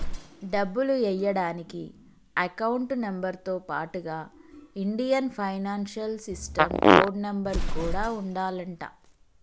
డబ్బులు ఎయ్యడానికి account number తో పాటుగా Indian financial system code number కూడా ఉండాలంట